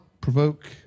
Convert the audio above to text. provoke